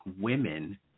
women